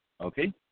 Okay